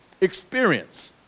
experience